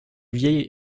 vieille